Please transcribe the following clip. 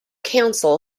council